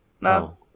No